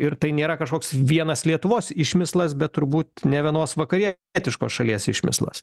ir tai nėra kažkoks vienas lietuvos išmislas bet turbūt ne vienos vakarietiškos šalies išmislas